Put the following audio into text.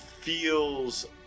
feels